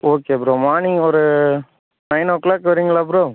okay bro morning ஒரு nine o'clock வாரீங்களா bro